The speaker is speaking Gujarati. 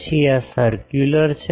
પછી આ સરકયુલર છે